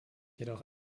jedoch